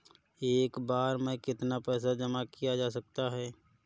एक बार में कितना पैसा जमा किया जा सकता है?